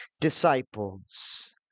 disciples